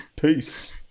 Peace